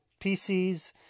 PCs